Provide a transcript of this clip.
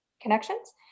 connections